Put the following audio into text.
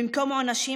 במקום עונשים,